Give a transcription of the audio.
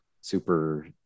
super